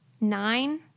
nine